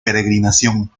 peregrinación